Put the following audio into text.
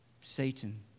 Satan